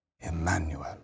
Emmanuel